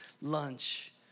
lunch